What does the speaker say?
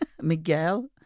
Miguel